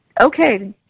Okay